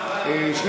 הצעות מס' 176 ו-214.